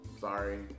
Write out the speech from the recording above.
sorry